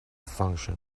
function